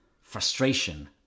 frustration